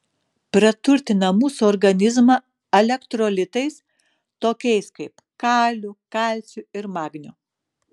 praturtina mūsų organizmą elektrolitais tokiais kaip kaliu kalciu ir magniu